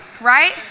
right